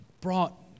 brought